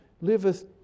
liveth